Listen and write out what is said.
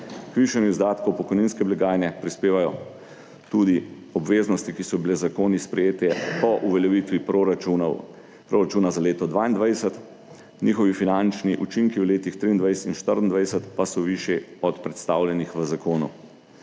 k višanju izdatkov pokojninske blagajne prispevajo tudi obveznosti, ki so bile z zakoni sprejete po uveljavitvi proračunov proračuna za leto 22, njihovi finančni učinki v letih 23 in 24 pa so višji od predstavljenih v zakonu.